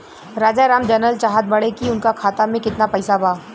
राजाराम जानल चाहत बड़े की उनका खाता में कितना पैसा बा?